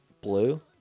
blue